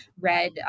read